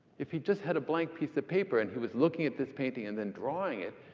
if he just had a blank piece of paper, and he was looking at this painting and then drawing it,